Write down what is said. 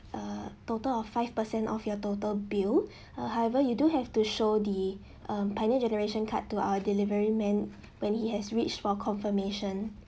uh total of five percent off your total bill uh however you do have to show the uh pioneer generation card to our delivery man when he has reached for confirmation